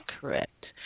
correct